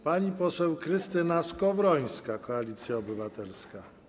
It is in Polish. Pani poseł Krystyna Skowrońska, Koalicja Obywatelska.